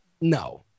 no